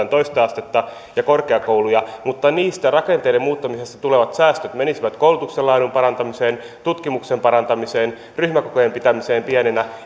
toista astetta ja korkeakouluja mutta ne rakenteiden muuttamisesta tulevat säästöt menisivät koulutuksen laadun parantamiseen tutkimuksen parantamiseen ryhmäkokojen pitämiseen pieninä